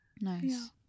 nice